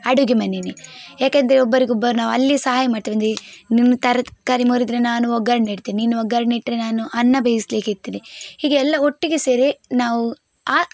ಅಡುಗೆ ಮನೇನೆ ಯಾಕೆಂದ್ರೆ ಒಬ್ಬರಿಗೊಬ್ಬರು ನಾವು ಅಲ್ಲಿ ಸಹಾಯ ಮಾಡ್ತೆವಂದಿ ನೀನು ತರಕಾರಿ ಮುರಿದರೆ ನಾನು ಒಗ್ಗರಣೆ ಇಡ್ತೇನೆ ನೀನು ಒಗ್ಗರಣೆ ಇಟ್ಟರೆ ನಾನು ಅನ್ನ ಬೇಯಿಸ್ಲಿಕೆ ಇಡ್ತೇನೆ ಹೀಗೆ ಎಲ್ಲಾ ಒಟ್ಟಿಗೆ ಸೇರಿ ನಾವು ಆ